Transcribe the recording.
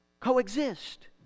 coexist